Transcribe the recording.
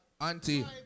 Auntie